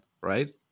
right